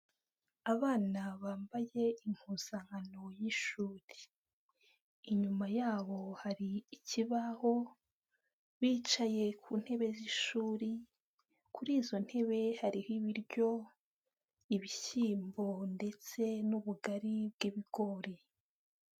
Abana bambaye impuzankano y'ishuri, inyuma yabo hari ikibaho bicaye ku ntebe z'ishuri, kuri izo ntebe hariho ibiryo, ibishyimbo ndetse n'ubugari bw'ibigori.